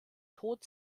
tot